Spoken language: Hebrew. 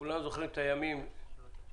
כולנו זוכרים את הימים שהאינטרנט,